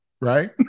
Right